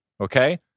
okay